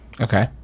Okay